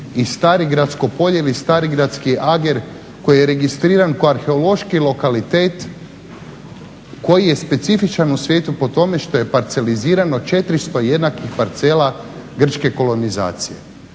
i Starigradsko polje ili Starigradski ager koji je registriran kao arheološki lokalitet koji je specifičan u svijetu po tome što je parcelizirano 400 jednakih parcela grčke kolonizacije,